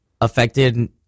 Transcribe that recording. affected